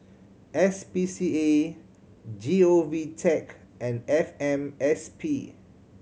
S P C A G O V Tech and F M S P